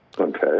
Okay